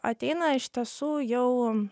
ateina iš tiesų jau